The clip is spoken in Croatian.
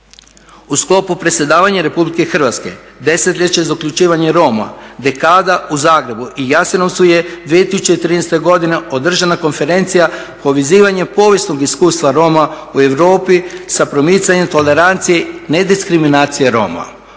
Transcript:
U sklopu predsjedavanja RH desetljeće za uključivanje Roma, dekada u Zagrebu i Jasenovcu je 2013. godine održana Konferencija o povezivanju povijesnog iskustva Roma u Europi sa promicanjem tolerancije i nediskriminacije Roma